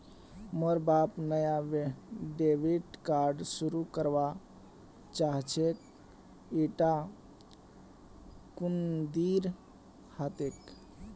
मोर बाप नाया डेबिट कार्ड शुरू करवा चाहछेक इटा कुंदीर हतेक